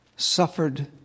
suffered